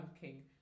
king